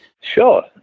Sure